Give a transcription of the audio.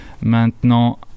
Maintenant